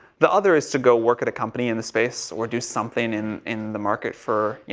the other is to go work at a company in the space or do something in, in the market for, you